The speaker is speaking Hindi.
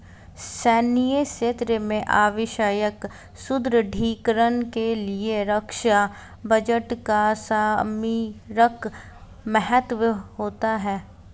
सैन्य क्षेत्र में आवश्यक सुदृढ़ीकरण के लिए रक्षा बजट का सामरिक महत्व होता है